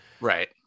Right